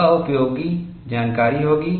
वह उपयोगी जानकारी होगी